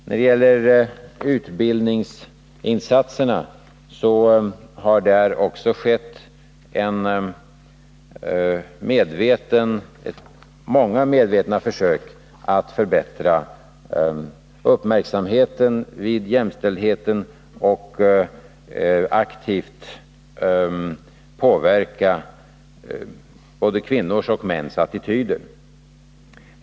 När det gäller utbildningsinsatserna har det också gjorts många medvetna försök att förbättra uppmärksamheten vid jämställdheten och att aktivt påverka både kvinnors och mäns attityder.